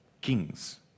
kings